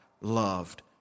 loved